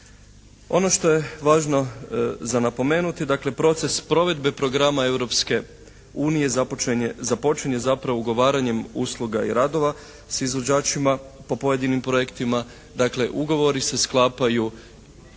Ono što je važno za napomenuti, dakle proces provedbe programa Europske unije započinje zapravo ugovaranjem usluga i radova s izvođačima po pojedinim projektima, dakle ugovori se sklapaju